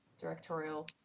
directorial